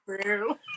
true